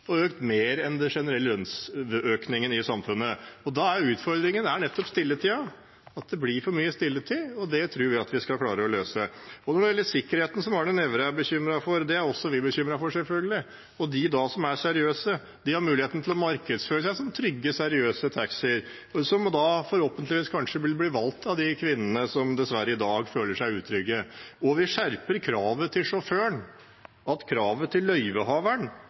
mer enn den generelle lønnsøkningen i samfunnet. Da er utfordringen nettopp stilletiden, at det blir for mye stilletid. Det tror vi at vi skal klare å løse. Når det gjelder sikkerheten, som Arne Nævra er bekymret for: Det er også vi bekymret for, selvfølgelig. De som er seriøse, har muligheten til å markedsføre seg som trygge, seriøse taxier, og blir forhåpentlig valgt av de kvinnene som dessverre i dag føler seg utrygge. Og vi skjerper kravet til sjåføren. At kravet til løyvehaveren